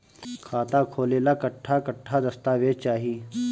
खाता खोले ला कट्ठा कट्ठा दस्तावेज चाहीं?